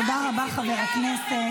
תודה רבה, חבר הכנסת.